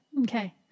Okay